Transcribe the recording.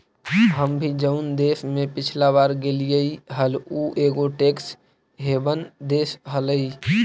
हम भी जऊन देश में पिछला बार गेलीअई हल ऊ एगो टैक्स हेवन देश हलई